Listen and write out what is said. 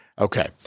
Okay